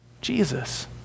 Jesus